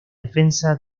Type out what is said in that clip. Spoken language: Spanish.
defensa